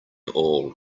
all